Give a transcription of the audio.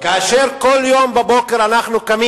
כאשר כל בוקר אנחנו קמים